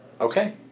Okay